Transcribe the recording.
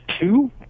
two